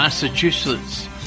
Massachusetts